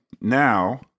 Now